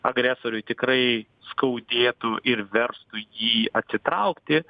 agresoriui tikrai skaudėtų ir verstų jį atsitraukti